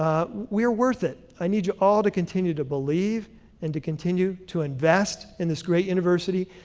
we are worth it. i need you all to continue to believe and to continue to invest in this great university,